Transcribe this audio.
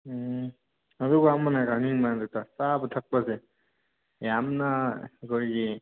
ꯎꯝ ꯑꯗꯨꯒ ꯑꯃꯅ ꯈꯪꯅꯤꯡꯕꯅ ꯆꯥꯕ ꯊꯛꯄꯁꯦ ꯌꯥꯝꯅ ꯑꯩꯈꯣꯏꯒꯤ